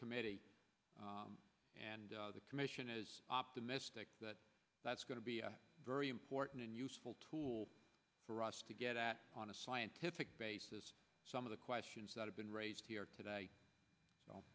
committee and the commission is optimistic that that's going to be a very important and useful tool for us to get out on a scientific basis some of the questions that have been raised here today